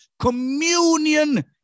communion